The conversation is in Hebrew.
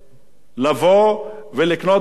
לבוא ולקנות דירות ב-4